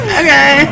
okay